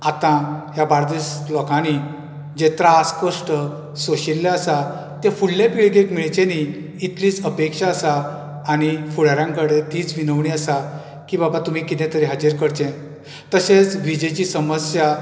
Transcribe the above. आतां ह्या बार्देस लोकांनी जे त्रास कश्ट सोशिल्ले आसा ते फुडले पिळगेक मेळचे न्ही इतलीच अपेक्षा आसा आनी फुडाऱ्यां कडेन तीच विनवणी आसा की बाबा तुमी कितें तरी हाचेर करचे तशेंच विजेची समस्या